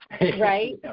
Right